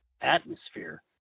atmosphere